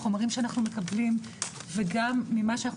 החומרים שאנחנו מקבלים וגם ממה שאנחנו